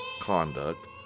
conduct